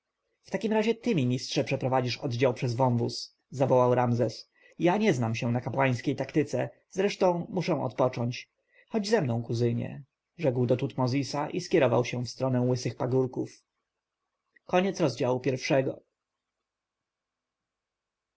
w takim razie ty ministrze przeprowadzisz oddział przez wąwóz zawołał ramzes ja nie znam się na kapłańskiej taktyce zresztą muszę odpocząć chodź ze mną kuzynie rzekł do tutmozisa i skierował się w stronę łysych pagórków